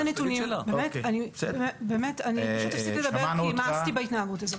אני פשוט אפסיק לדבר כי מאסתי בהתנהגות הזאת.